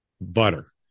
butter